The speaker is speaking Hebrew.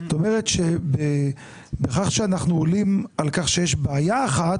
זאת אומרת שבכך שאנחנו עולים על כך שיש בעיה אחת,